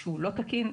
שהוא לא תקין,